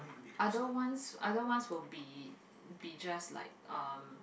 other ones other ones will be they just like um